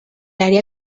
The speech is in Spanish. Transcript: área